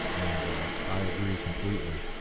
and i agree completely,